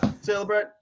celebrate